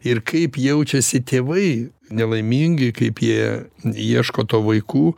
ir kaip jaučiasi tėvai nelaimingi kaip jie ieško to vaikų